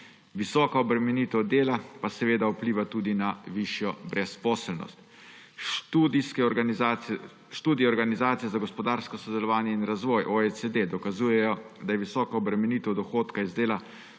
Visoka obremenitev dela pa seveda vpliva tudi na višjo brezposelnost. Študije Organizacije za gospodarsko sodelovanje in razvoj, OECD, dokazujejo, da je visoka obremenitev dohodka iz dela